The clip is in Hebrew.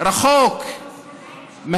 זה רחוק מהאמת,